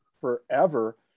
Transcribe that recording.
forever